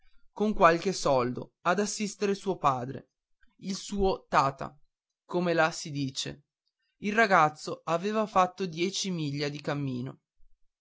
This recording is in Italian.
con qualche soldo ad assistere suo padre il suo tata come là si dice il ragazzo aveva fatto dieci miglia di cammino